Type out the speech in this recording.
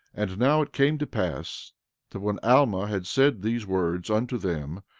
and now it came to pass that when alma had said these words unto them,